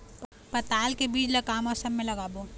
पताल के बीज ला का मौसम मे लगाबो?